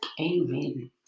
Amen